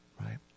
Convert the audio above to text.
Right